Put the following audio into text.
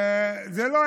יגיעו